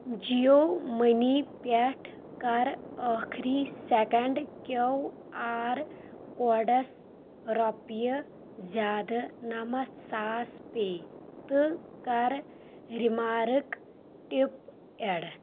Jio money پٮ۪ٹھ کَر ٲخٕری سیٚکَنڈ کیٚو آر کوڈَس رۄپیہِ زیٛادٕ نَمَتھ ساس پے تہٕ کَر ریمارٕک ٹِپ اٮ۪ڈ